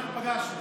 אנחנו פגשנו,